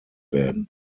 werden